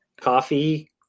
Coffee